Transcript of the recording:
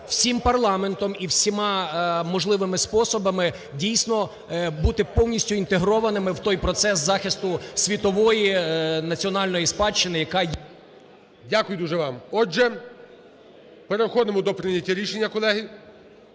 всім парламентом і всіма можливими способами дійсно бути повністю інтегрованими в той процес захисту світової національної спадщини, яка є… ГОЛОВУЮЧИЙ. Дякую дуже вам. Отже, переходимо до прийняття рішення, колеги.